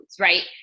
right